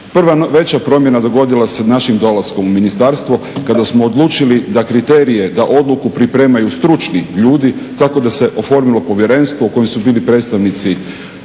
Prva veća promjena dogodila se našim dolaskom u ministarstvo kada smo odlučili da kriterije, da odluku pripremaju stručni ljudi tako da se oformilo povjerenstvo u kojem su bili predstavnici